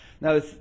Now